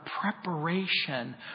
preparation